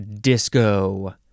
disco